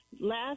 Last